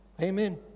Amen